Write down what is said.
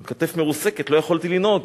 עם כתף מרוסקת לא יכולתי לנהוג.